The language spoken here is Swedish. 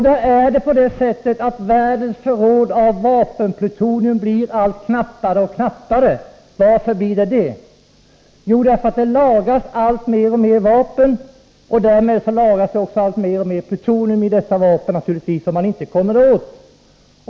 Det är på det sättet att världens förråd av vapenplutonium blir knappare och knappare. Varför blir det så? Jo, därför att det lagras alltmer vapen, och därmed lagras det också mer och mer plutonium i dessa vapen som man inte kommer åt.